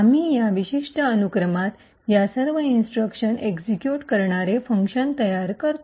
आम्ही या विशिष्ट अनुक्रमात या सर्व इन्स्ट्रक्शन एक्सिक्यूट करणारे फंक्शन तयार करतो